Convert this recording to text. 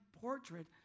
portrait